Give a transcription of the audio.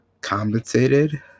compensated